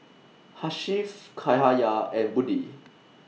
Hasif Cahaya and Budi